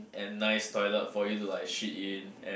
and nice toilet for you to like shit in and